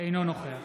אינו נוכח